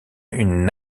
une